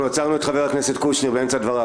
אנחנו עצרנו את חבר הכנסת קושניר באמצע דבריו.